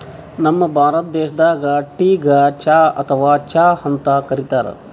ನಮ್ ಭಾರತ ದೇಶದಾಗ್ ಟೀಗ್ ಚಾ ಅಥವಾ ಚಹಾ ಅಂತ್ ಕರಿತಾರ್